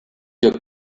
your